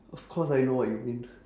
of course I know what you mean